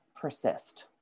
persist